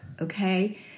okay